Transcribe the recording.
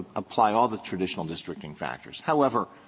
applying all the traditional districting factors. however,